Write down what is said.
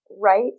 right